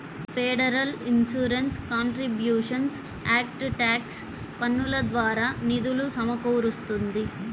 federal insurance contributions act tax పన్నుల ద్వారా నిధులు సమకూరుస్తుంది